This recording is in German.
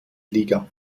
liga